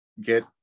get